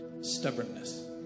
stubbornness